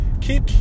keep